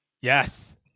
Yes